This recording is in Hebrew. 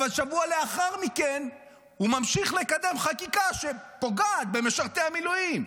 אבל שבוע לאחר מכן הוא ממשיך לקדם חקיקה שפוגעת במשרתי המילואים.